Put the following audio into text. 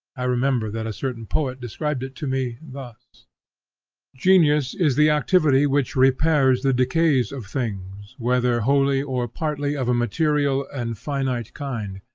i remember that a certain poet described it to me thus genius is the activity which repairs the decays of things, whether wholly or partly of a material and finite kind.